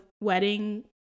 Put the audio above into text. wedding